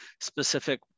specific